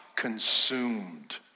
Consumed